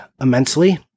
immensely